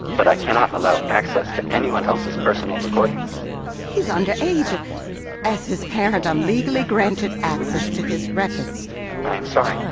but i cannot allow access to anyone else's personal recordings he's under age, and as his parent, i'm legally granted access to his records i am sorry,